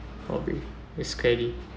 probably is scary